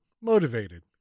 Motivated